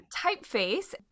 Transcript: typeface